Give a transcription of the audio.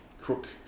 crook